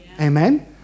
Amen